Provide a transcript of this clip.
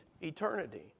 eternity